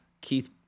Keith